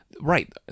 Right